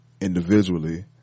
individually